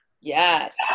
Yes